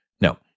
No